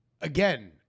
Again